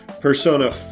Persona